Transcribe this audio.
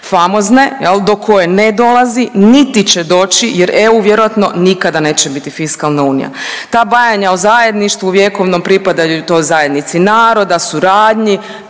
famozne jel do koje ne dolazi, niti će doći jer EU vjerojatno nikada neće biti fiskalna unija. Ta bajanja o zajedništvu vjekovnom pripadanju toj zajednici naroda, suradnji